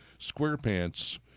SquarePants